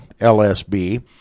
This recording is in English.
LSB